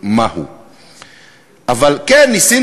אבל אתה לא חייב,